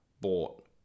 bought